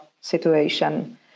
situation